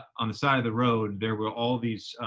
on the side of the road, there were all these,